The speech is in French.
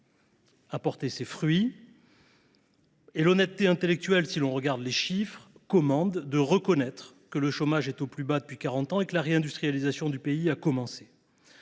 a porté ses fruits et l’honnêteté intellectuelle, au vu des chiffres, commande de reconnaître que le chômage est au plus bas depuis quarante ans et que la réindustrialisation du pays a commencé.